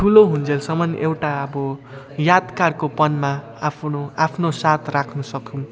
ठुलो हुन्जेलसम्म एउटा अब यादगारको पनमा आफ्नो आफ्नो साथ राख्नु सकूँ